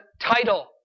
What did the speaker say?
title